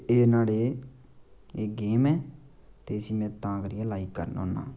एह् नुहाड़े एह् गेम ऐ ते इसी में तां करियै लाइक करना होन्नां